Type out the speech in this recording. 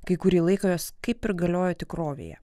kai kurį laiką jos kaip ir galioja tikrovėje